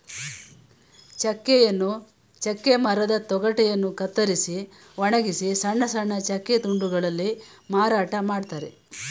ಚೆಕ್ಕೆಯನ್ನು ಚೆಕ್ಕೆ ಮರದ ತೊಗಟೆಯನ್ನು ಕತ್ತರಿಸಿ ಒಣಗಿಸಿ ಸಣ್ಣ ಸಣ್ಣ ಚೆಕ್ಕೆ ತುಂಡುಗಳಲ್ಲಿ ಮಾರಾಟ ಮಾಡ್ತರೆ